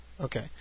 Okay